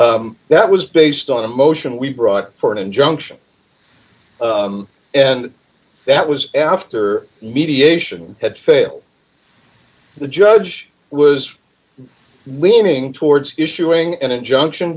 that was based on a motion we brought for an injunction and that was after mediation had failed the judge was winning towards issuing an injunction